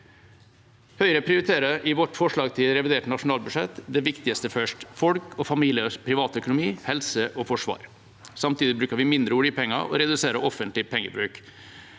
Høyre prioriterer i vårt forslag til revidert nasjonalbudsjett det viktigste først – folk og familiers privatøkonomi, helse og forsvar. Samtidig bruker vi mindre oljepenger og reduserer offentlig pengebruk.